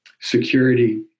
security